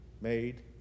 made